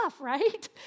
right